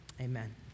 Amen